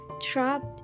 trapped